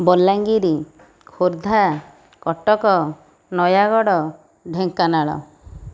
Balangir Khordha Cuttack Nayagarh Dhenkanal